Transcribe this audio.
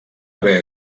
haver